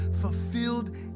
fulfilled